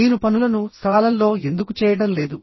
మీరు పనులను సకాలంలో ఎందుకు చేయడం లేదు